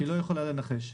היא לא יכולה לנחש.